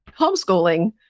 homeschooling